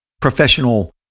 professional